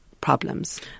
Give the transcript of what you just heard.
problems